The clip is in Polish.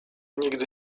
nigdy